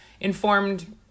informed